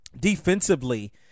defensively